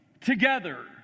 together